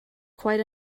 quite